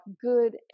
good